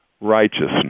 righteousness